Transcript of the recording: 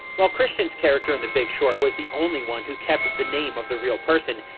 while christian's character in the big short was the only one who kept the name of the real person,